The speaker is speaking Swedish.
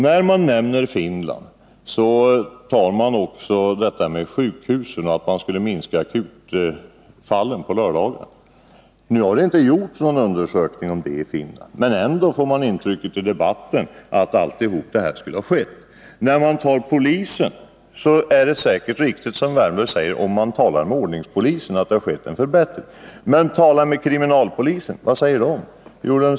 När man nämner Finland talar man också om att man skulle minska sjukhusens akutfall på lördagar. Det har inte gjorts någon undersökning om det i Finland, men ändå ger debatten intrycket att allt det här skulle ha skett. Beträffande polisen är det säkert riktigt som Erik Wärnberg säger, att det har skett en förbättring när det gäller ordningspolisen, men tala med kriminalpolisen! Vad säger man där?